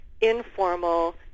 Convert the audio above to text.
informal